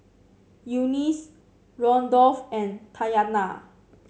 Eunice Randolf and Tatyana